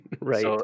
Right